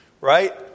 Right